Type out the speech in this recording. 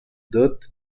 dot